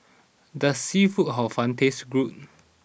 does Seafood Hor Fun taste good